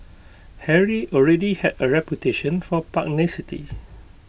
Harry already had A reputation for pugnacity